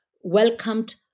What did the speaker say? welcomed